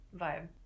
vibe